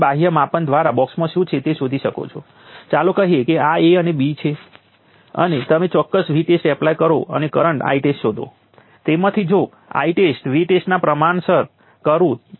હવે આપણે આમાંથી શું ગણતરી કરી શકીએ સૌ પ્રથમ આપણે પાવરની ગણતરી કરી શકીએ છીએ જે વોલ્ટેજ અને કરંટના પ્રોડક્ટ સિવાય બીજું કંઈ નથી